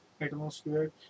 atmosphere